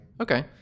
Okay